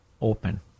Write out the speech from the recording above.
open